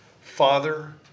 father